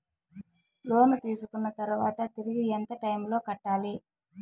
లోను తీసుకున్న తర్వాత తిరిగి ఎంత టైములో కట్టాలి